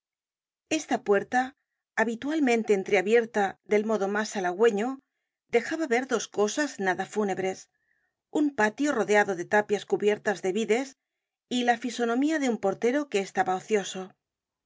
esta puerta habitualmente entreabierta del modo mas halagüeño dejaba ver dos cosas nada fúnebres un patio rodeado de tapias cubiertas de vides y la fisonomía de un portero que estaba ocioso